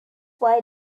why